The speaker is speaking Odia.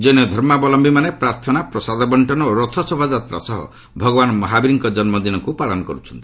ଜୈନଧର୍ମାବଲମ୍ଭୀମାନେ ପ୍ରାର୍ଥନା ପ୍ରସାଦ ବଣ୍ଟନ ଓ ରଥ ଶୋଭାଯାତ୍ରା ସହ ଭଗବାନ ମହାବୀରଙ୍କ ଜନ୍ମଦିନକୁ ପାଳନ କରୁଛନ୍ତି